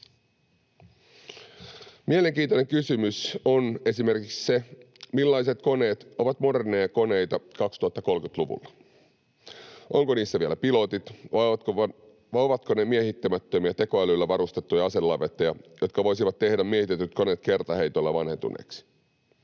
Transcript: Mielenkiintoinen kysymys on esimerkiksi se, millaiset koneet ovat moderneja koneita 2030-luvulla. Onko niissä vielä pilotit, vai ovatko ne miehittämättömiä tekoälyllä varustettuja aselavetteja, jotka voisivat tehdä miehitetyt koneet kertaheitolla vanhentuneiksi?